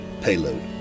payload